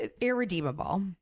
irredeemable